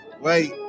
wait